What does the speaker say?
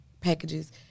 packages